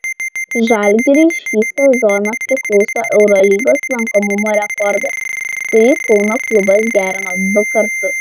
žalgiriui šį sezoną priklauso eurolygos lankomumo rekordas kurį kauno klubas gerino du kartus